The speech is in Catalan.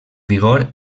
vigor